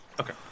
Okay